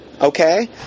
Okay